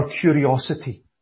curiosity